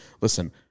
Listen